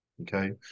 okay